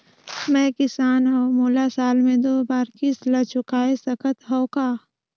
मैं किसान हव मोला साल मे दो बार किस्त ल चुकाय सकत हव का?